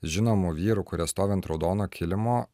žinomų vyrų kurie stovi ant raudono kilimo